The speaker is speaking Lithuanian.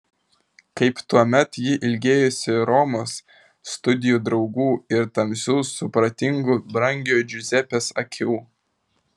kaip tuomet ji ilgėjosi romos studijų draugų ir tamsių supratingų brangiojo džiuzepės akių